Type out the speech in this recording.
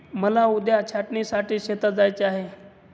मला उद्या छाटणीसाठी शेतात जायचे आहे